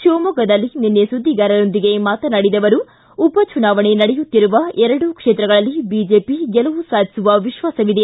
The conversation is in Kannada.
ಶಿವಮೊಗ್ಗದಲ್ಲಿ ನಿನ್ನೆ ಸುದ್ದಿಗಾರರೊಂದಿಗೆ ಮಾತನಾಡಿದ ಅವರು ಉಪಚುನಾವಣೆ ನಡೆಯುತ್ತಿರುವ ಎರಡೂ ಕ್ಷೇತ್ರಗಳಲ್ಲಿ ಬಿಜೆಪಿ ಗೆಲುವ ಸಾಧಿಸುವ ವಿಶ್ವಾಸವಿದೆ